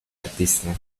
artista